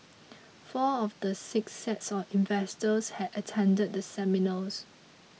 four of the six sets of investors had attended the seminars